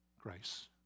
grace